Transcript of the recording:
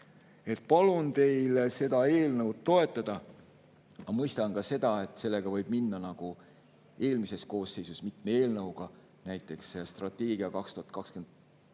Palun teil seda eelnõu toetada. Ma mõistan ka seda, et sellega võib minna nagu eelmises koosseisus mitme eelnõuga, näiteks strateegia